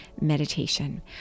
meditation